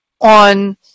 on